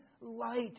light